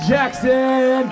Jackson